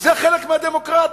זה חלק מהדמוקרטיה,